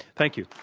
thank you.